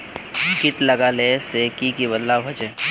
किट लगाले से की की बदलाव होचए?